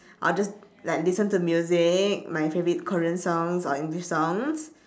I'll just like listen to music my favourite korean songs or english songs